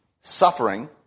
Suffering